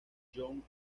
john